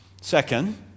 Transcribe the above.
Second